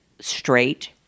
straight